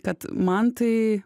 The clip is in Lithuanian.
kad man tai